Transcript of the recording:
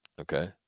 Okay